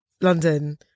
London